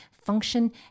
function